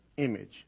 image